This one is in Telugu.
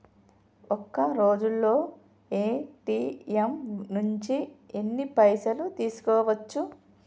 ఒక్కరోజులో ఏ.టి.ఎమ్ నుంచి ఎన్ని పైసలు తీసుకోవచ్చు?